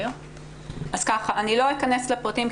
אני לא אכנס לפרטים,